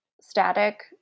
static